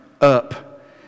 up